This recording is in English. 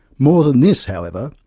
more than this, however,